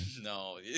no